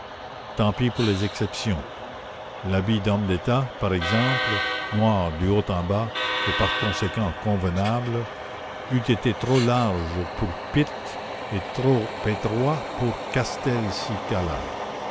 tant pis pour les exceptions l'habit d'homme d'état par exemple noir du haut en bas et par conséquent convenable eût été trop large pour pitt et trop étroit pour castelcicala